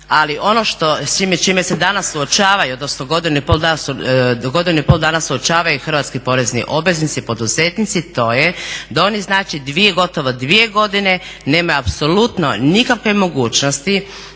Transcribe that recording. ali ono što s čime se danas suočavaju, odnosno godinu i pol dana suočavaju hrvatski porezni obveznici, poduzetnici to je da oni znači gotovo dvije godine nemaju apsolutno nikakve mogućnosti